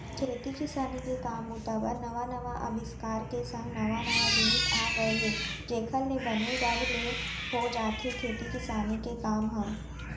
खेती किसानी के काम बूता बर नवा नवा अबिस्कार के संग नवा नवा जिनिस आ गय हे जेखर ले बने रब ले हो जाथे खेती किसानी के काम ह